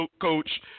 coach